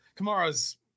Kamara's